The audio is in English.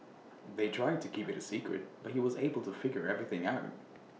they tried to keep IT A secret but he was able to figure everything out